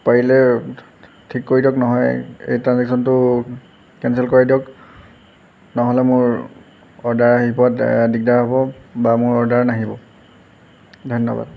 পাৰিলে ঠিক কৰি দিয়ক নহয় এই ট্ৰানজেক্সনটো কেনচেল কৰাই দিয়ক নহ'লে মোৰ অৰ্ডাৰ আহি পোৱাত দিগদাৰ হ'ব বা মোৰ অৰ্ডাৰ নাহিব ধন্যবাদ